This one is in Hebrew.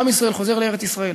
עם ישראל חוזר לארץ-ישראל,